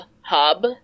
hub